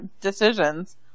decisions